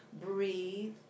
breathe